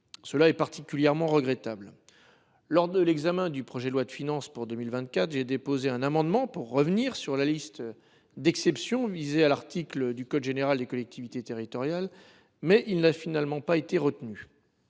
: c’est particulièrement regrettable ! Lors de l’examen du projet de loi de finances pour 2024, j’ai déposé un amendement tendant à revenir sur la liste des exceptions fixée par le code général des collectivités territoriales (CGCT), mais il n’a finalement pas été retenu.